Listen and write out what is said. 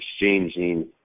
exchanging